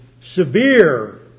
severe